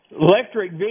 electric